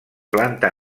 planta